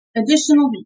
additional